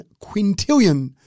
quintillion